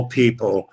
people